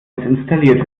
installiert